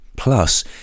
Plus